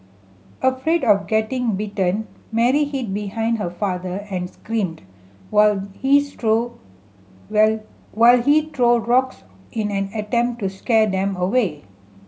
afraid of getting bitten Mary hid behind her father and screamed while he threw while while he threw rocks in an attempt to scare them away